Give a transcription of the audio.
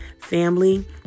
family